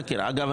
אגב,